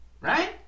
Right